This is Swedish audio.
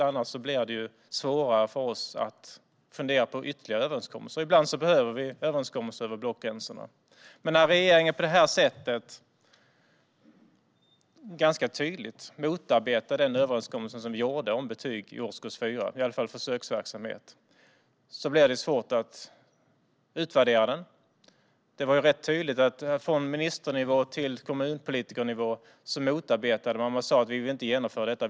Annars blir det svårare för oss att fundera på ytterligare överenskommelser. Ibland behöver vi överenskommelser över blockgränserna. Men när regeringen på det här sättet ganska tydligt motarbetar den överenskommelse vi gjorde om betyg i årskurs 4, i alla fall som försöksverksamhet, blir det svårt att utvärdera den. Det var rätt tydligt att man motarbetade överenskommelsen från ministernivå till kommunpolitikernivå och sa: Vi vill inte genomföra detta.